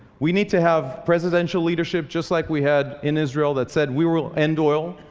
we need to have presidential leadership just like we had in israel that said we will end oil.